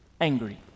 angry